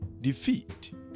defeat